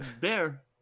bear